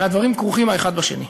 והדברים כרוכים האחד בשני.